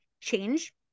change